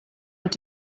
mit